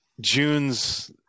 June's